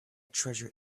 treasure